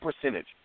percentage